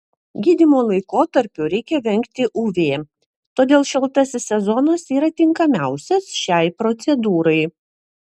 gydymo laikotarpiu reikia vengti uv todėl šaltasis sezonas yra tinkamiausias šiai procedūrai